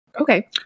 Okay